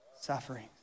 suffering